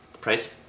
Price